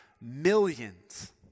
millions